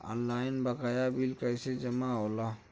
Online बकाया bill कैसे जमा होला?